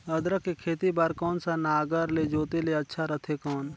अदरक के खेती बार कोन सा नागर ले जोते ले अच्छा रथे कौन?